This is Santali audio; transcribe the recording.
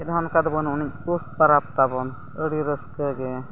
ᱪᱮᱫ ᱦᱚᱸ ᱚᱱᱠᱟ ᱫᱚ ᱵᱟᱹᱱᱩᱜ ᱟᱹᱱᱤᱡ ᱯᱩᱥ ᱯᱚᱨᱚᱵᱽ ᱛᱟᱵᱚᱱ ᱟᱹᱰᱤ ᱨᱟᱹᱥᱠᱟᱹ ᱜᱮ